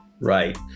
Right